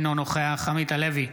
אינו נוכח עמית הלוי,